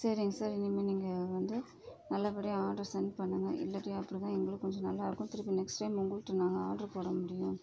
சரிங்க சார் இனிமே நீங்கள் வந்து நல்லபடியாக ஆட்ரு செண்ட் பண்ணுங்கள் இல்லாட்டி அப்படி தான் எங்களுக்கு கொஞ்சம் நல்லா இருக்கும் திருப்பி நெக்ஸ்ட் டைம் உங்கள்ட்ட நாங்கள் ஆட்ரு போட முடியும்